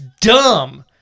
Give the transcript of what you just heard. dumb